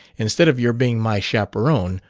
instead of your being my chaperon,